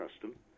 custom